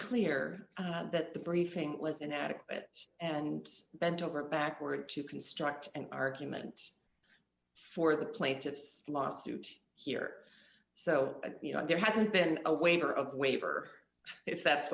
clear that the briefing was inadequate and bend over backward to construct an argument for the plaintiffs lawsuit here so you know there hasn't been a waiver of waiver if that's